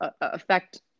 affect